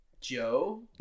Joe